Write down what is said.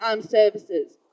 services